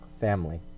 family